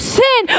sin